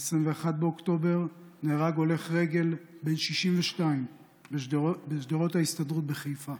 ב-21 באוקטובר נהרג הולך רגל בן 62 בשדרות ההסתדרות בחיפה.